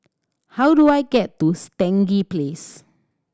how do I get to Stangee Place